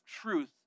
truth